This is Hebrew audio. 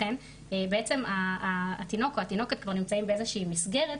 בעצם התינוק או התינוקת כבר נמצאים באיזושהי מסגרת,